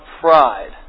pride